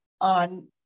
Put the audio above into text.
on